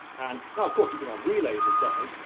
and now of course, you can have relays of guys.